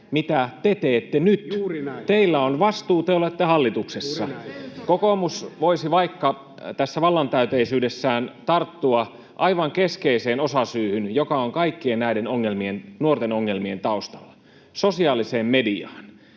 mitä te teette nyt. Teillä on vastuu, te olette hallituksessa. Kokoomus voisi tässä vallantäyteisyydessään vaikka tarttua aivan keskeiseen osasyyhyn, joka on kaikkien näiden nuorten ongelmien taustalla: sosiaaliseen mediaan.